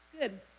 good